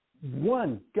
One